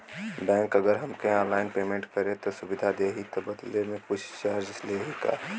Bank अगर हमके online payment करे के सुविधा देही त बदले में कुछ चार्जेस लेही का?